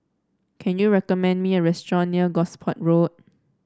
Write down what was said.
can you recommend me a restaurant near Gosport Road